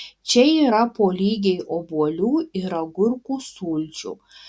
čia yra po lygiai obuolių ir agurkų sulčių